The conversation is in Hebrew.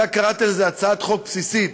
אתה קראת לזה הצעת חוק בסיסית.